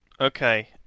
Okay